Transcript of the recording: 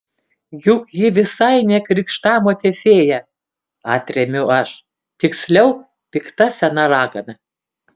juk ji visai ne krikštamotė fėja atremiu aš tiksliau pikta sena ragana